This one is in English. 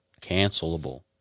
cancelable